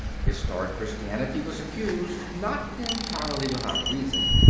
historic christianity was accused, not entirely without reason,